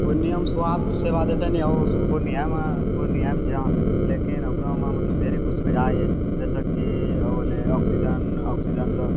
पूर्णियाँमे स्वास्थ्य सेवा जे छै ने ओ पूर्णियाँमे पूर्णियाँमे छै हँ लेकिन ओकरोमे मतलब ढेरी किछु सुविधा यऽ जेनाकि भेलै कि ऑक्सिजन ऑक्सिजन रऽ